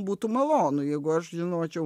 būtų malonu jeigu aš žinočiau